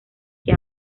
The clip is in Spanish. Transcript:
que